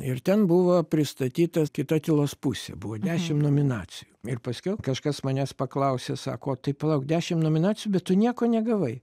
ir ten buvo pristatyta kita tylos pusė buvo dešim nominacijų ir paskiau kažkas manęs paklausė sako o tai palauk dešim nominacijų bet tu nieko negavai